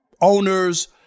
owners